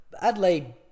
adelaide